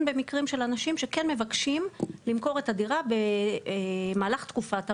במקרים של אנשים שכן מבקשים למכור את הדירה במהלך תקופת המגבלה.